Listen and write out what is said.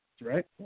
Right